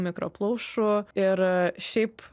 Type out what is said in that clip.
mikropluošų ir šiaip